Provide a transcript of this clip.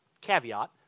caveat